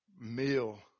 meal